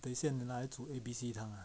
等一下拿来煮 A_B_C 汤